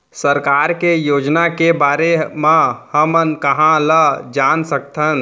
सरकार के योजना के बारे म हमन कहाँ ल जान सकथन?